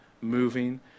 moving